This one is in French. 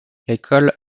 l’école